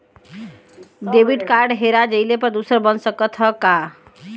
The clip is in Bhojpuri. डेबिट कार्ड हेरा जइले पर दूसर बन सकत ह का?